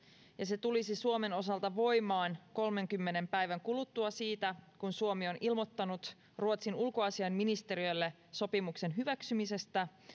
ja se tulisi suomen osalta voimaan kolmenkymmenen päivän kuluttua siitä kun suomi on ilmoittanut ruotsin ulkoasiainministeriölle sopimuksen hyväksymisestä